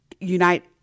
unite